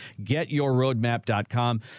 GetYourRoadmap.com